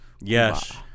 Yes